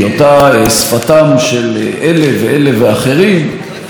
אני לא הייתי אומר שהיא שפתם של בני המקום,